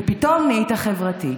ופתאום נהיית חברתי.